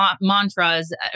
mantras